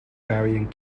varying